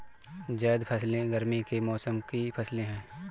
ज़ैद फ़सलें गर्मी के मौसम की फ़सलें हैं